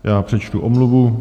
Já přečtu omluvu.